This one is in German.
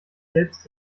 selbst